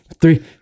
three